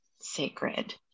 sacred